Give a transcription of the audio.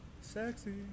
Sexy